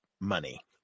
money